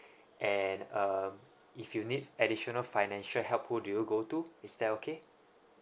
and um if you need additional financial help who do you go to is that okay